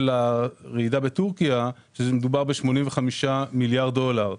הרעידה בטורקיה - מדובר ב-85 מיליארד דולר,